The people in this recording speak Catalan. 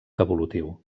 evolutiu